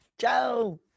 Ciao